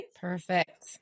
Perfect